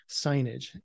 signage